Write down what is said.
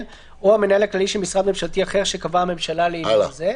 או המנהל הכללי של משרד ממשלתי אחר שקבעה הממשלה לעניין זה".